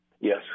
Yes